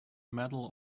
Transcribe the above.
medal